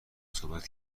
صحبت